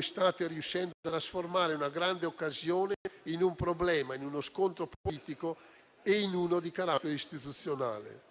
state riuscendo a trasformare una grande occasione in un problema e in uno scontro politico e di carattere istituzionale.